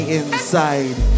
inside